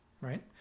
Right